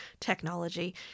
technology